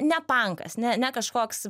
ne pankas ne ne kažkoks